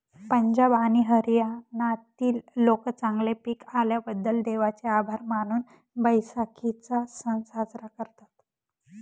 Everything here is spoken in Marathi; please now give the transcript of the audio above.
पंजाब आणि हरियाणातील लोक चांगले पीक आल्याबद्दल देवाचे आभार मानून बैसाखीचा सण साजरा करतात